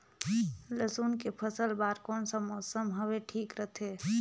लसुन के फसल बार कोन सा मौसम हवे ठीक रथे?